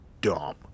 dumb